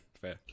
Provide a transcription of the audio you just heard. Fair